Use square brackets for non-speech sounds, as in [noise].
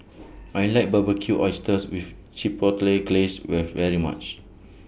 I like Barbecued Oysters with Chipotle Glaze [unintelligible] very much